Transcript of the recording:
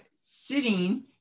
sitting